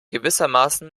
gewissermaßen